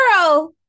girl